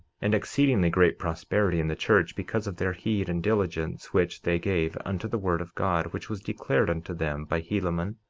and exceedingly great prosperity in the church because of their heed and diligence which they gave unto the word of god, which was declared unto them by helaman,